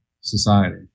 society